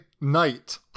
Knight